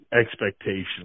expectations